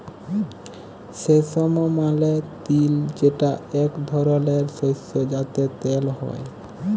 সেসম মালে তিল যেটা এক ধরলের শস্য যাতে তেল হ্যয়ে